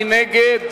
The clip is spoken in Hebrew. מי נגד?